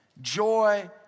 Joy